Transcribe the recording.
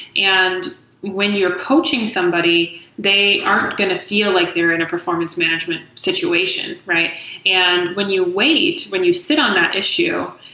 and when you're coaching somebody, they aren't going to feel like they're in a performance management situation. and when you wait, when you sit on that issue,